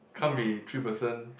can't be three person